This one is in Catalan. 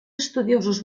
estudiosos